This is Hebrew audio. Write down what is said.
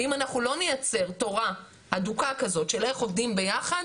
ואם אנחנו לא נייצר תורה אדוקה כזאת של איך עובדים ביחד